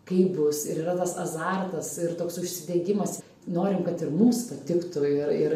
kaip bus ir yra tas azartas ir toks užsidegimas norim kad ir mums patiktų ir ir